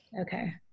Okay